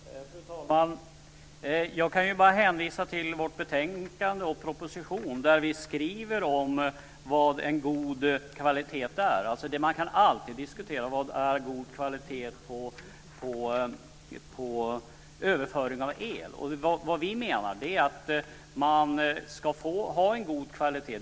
Fru talman! Jag kan bara hänvisa till vårt betänkande och propositionen. Vi skriver där vad en god kvalitet är. Man kan alltid diskutera vad som är god kvalitet på överföring av el. Vad vi menar är att människor ska ha en god kvalitet.